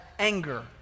anger